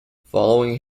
following